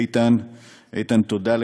אתם יודעים,